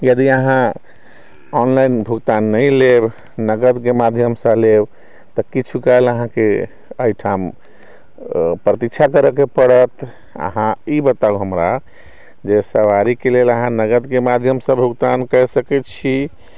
यदि अहाँ ऑनलाइन भुगतान नहि लेब नगदके माध्यमसँ लेब तऽ किछु काल अहाँके अइठाम प्रतीक्षा करैके पड़त अहाँ ई बताउ हमरा जे सवारीके लेल अहाँ नगदके माध्यमसँ भुगतान कै सकै छी